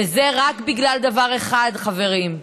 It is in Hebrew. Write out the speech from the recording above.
וזה רק בגלל דבר אחד, חברים,